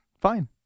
Fine